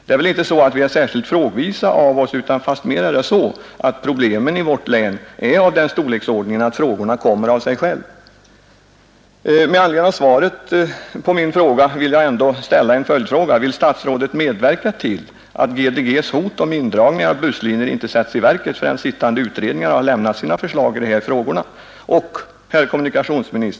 Det är väl inte så att vi är särskilt frågvisa av oss, utan fastmer är det så att problemen i vårt län är av den storleksordningen att frågorna kommer av sig själva. Med anledning av svaret på min fråga vill jag här ställa en följdfråga: Vill statsrådet medverka till att GDG:s hot om indragningar av busslinjer inte sätts i verket förrän sittande utredningar har lämnat sina förslag i de här frågorna?